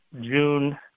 June